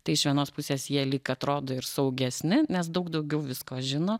tai iš vienos pusės jie lyg atrodo ir suaugesni nes daug daugiau visko žino